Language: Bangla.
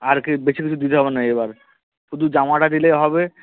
আর কি বেশি কিছু দিতে হবে না এবার শুধু জামাটা দিলেই হবে